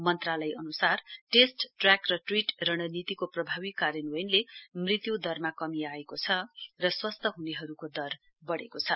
मन्त्रालय अनुसार test track र ट्रीट रणनीतिको प्रभावी कार्यान्वयनले मृत्युदरमा कमी आएको छ स्वस्थ हुनेहरुको दर बढ़ेको छ